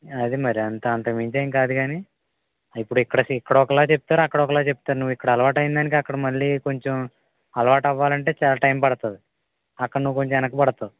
అది మరి అంత అంతకు మించి ఏం కాదు కానీ ఇప్పుడు ఇక్కడ ఇక్కడ ఒకలా చెప్తారు అక్కడ ఒకలా చెప్తారు నువ్వు ఇక్కడ అలవాటు అయినదానికి అక్కడ మళ్ళీ కొంచెం అలవాటు అవ్వాలి అంటే చాలా టైం పడుతుంది అక్కడ నువ్వు కొంచెం వెనక పడతావు